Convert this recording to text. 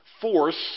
force